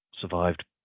survived